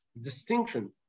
distinction